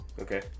Okay